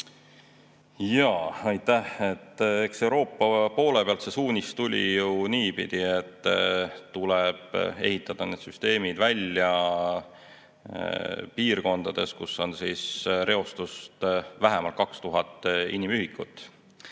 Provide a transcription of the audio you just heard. Aitäh! Eks Euroopa poole pealt see suunis tuli ju niipidi, et tuleb ehitada need süsteemid välja piirkondades, kus on reostust vähemalt 2000 inimühikut.